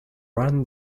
ran